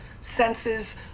senses